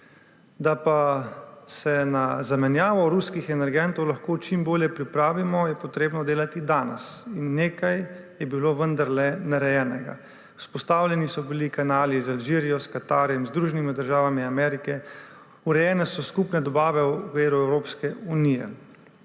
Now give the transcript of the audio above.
Da pa se na zamenjavo ruskih energentov lahko čim bolje pripravimo, je potrebno delati danes. Nekaj je bilo vendarle narejenega. Vzpostavljeni so bili kanali z Alžirijo, s Katarjem, z Združenimi državami Amerike, urejene so skupne dobave v okviru Evropske unije.